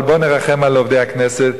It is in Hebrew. אבל בואו נרחם על עובדי הכנסת.